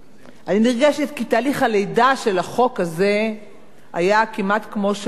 כי תהליך הלידה של החוק הזה היה כמעט כמו של פילות,